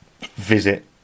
visit